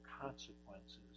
consequences